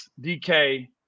DK